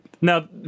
now